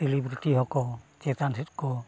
celebrity ᱦᱚᱸᱠᱚ ᱪᱮᱛᱟᱱ ᱥᱮᱫ ᱠᱚ